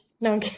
No